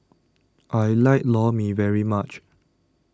I like Lor Mee very much